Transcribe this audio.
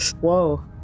Whoa